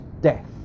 death